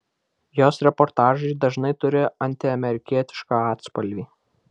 jos reportažai dažnai turi antiamerikietišką atspalvį